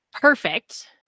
perfect